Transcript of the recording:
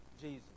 Jesus